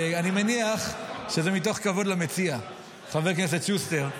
אני מניח שזה מתוך כבוד למציע, חבר הכנסת שוסטר.